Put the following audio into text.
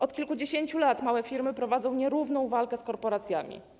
Od kilkudziesięciu lat małe firmy prowadzą nierówną walkę z korporacjami.